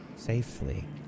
Safely